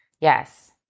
Yes